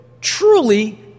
truly